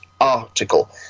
article